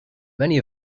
many